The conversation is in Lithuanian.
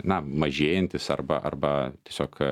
na mažėjantis arba arba tiesiog